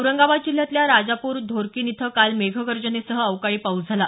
औरंगाबाद जिल्ह्यातल्या रजापूर ढोरकीन इथं काल मेघगर्जनेसह अवकाळी पाऊस झाला